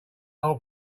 whole